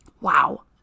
Wow